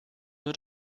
nur